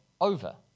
over